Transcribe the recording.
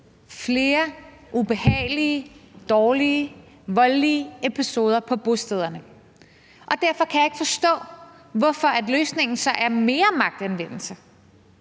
flere ubehagelige, dårlige og voldelige episoder på bostederne. Derfor kan jeg ikke forstå, hvorfor løsningen så er mere magtanvendelse.